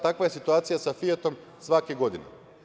Takva je situacija sa "Fijatom" svake godine.